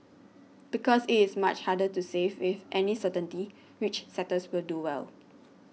because it is much harder to say with any certainty which sectors will do well